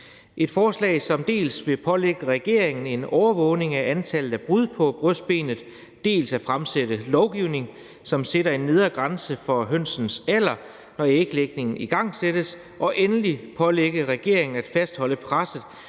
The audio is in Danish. et forslag, som dels pålægger regeringen at overvåge antallet af brud på brystbenet, dels at fremsætte lovgivning, som sætter en nedre grænse for hønsenes alder, når æglægningen igangsættes. Og endelig pålægges regeringen at fastholde presset